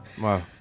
wow